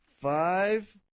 Five